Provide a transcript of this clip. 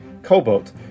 Cobalt